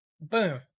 Boom